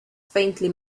faintly